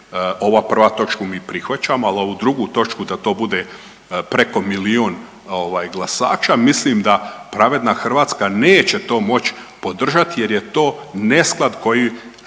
ova prvu točku mi prihvaćamo, ali ovu drugu točku da to bude preko milijun ovaj glasača mislim da Pravedna Hrvatska neće to moć podržati jer je to nesklad koji